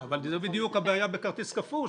אבל זו בדיוק הבעיה בכרטיס קפוא,